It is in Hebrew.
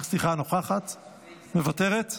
מוותרת,